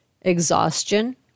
exhaustion